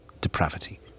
depravity